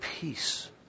peace